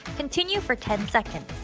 continue for ten seconds.